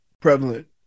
prevalent